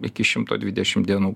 iki šimto dvidešim dienų